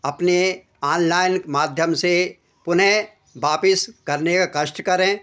अपने आनलाइन के माध्यम से पुनः वापस करने का कष्ट करें